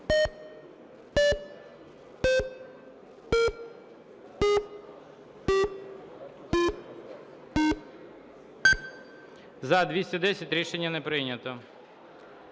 За-210 Рішення не прийнято.